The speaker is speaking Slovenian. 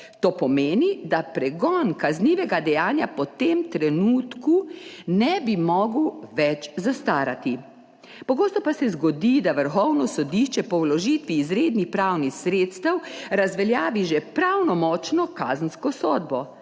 To pomeni, da pregon kaznivega dejanja v tem trenutku ne bi mogel več zastarati. Pogosto pa se zgodi, da Vrhovno sodišče po vložitvi izrednih pravnih sredstev razveljavi že pravnomočno kazensko sodbo.